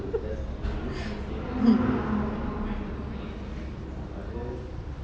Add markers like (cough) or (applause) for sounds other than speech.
(laughs) mm